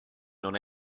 non